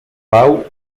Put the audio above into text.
pau